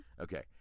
Okay